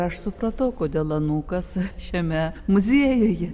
aš supratau kodėl anūkas šiame muziejuje